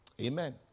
Amen